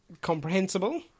Comprehensible